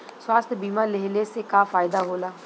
स्वास्थ्य बीमा लेहले से का फायदा होला?